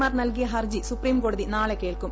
മാർ നൽകിയ ഹർജി സുപ്രീംകോടതി നാളെ കേൾക്കും